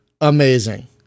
amazing